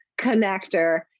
connector